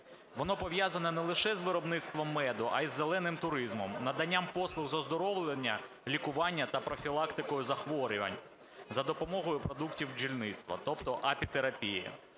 Воно пов'язане не лише з виробництвом меду, а і з "зеленим" туризмом, наданням послуг з оздоровлення, лікування та профілактики захворювань за допомогою продуктів бджільництва, тобто апітерапії,